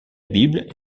bible